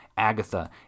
Agatha